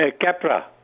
Capra